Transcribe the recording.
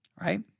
Right